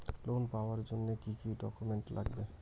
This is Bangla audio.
লোন পাওয়ার জন্যে কি কি ডকুমেন্ট লাগবে?